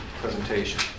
presentation